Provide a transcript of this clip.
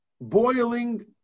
boiling